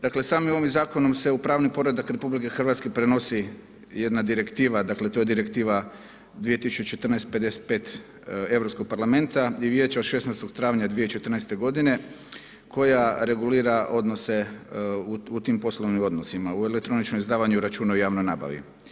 Dakle samim ovim zakonom se u pravni poredak RH prenosi jedna direktiva, dakle to je Direktiva 2014/55 Europskog parlamenta i Vijeća od 16. travnja 2014. godine koja regulira odnose u tim poslovnim odnosima u elektroničkom izdavanju računa u javnoj nabavi.